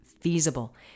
feasible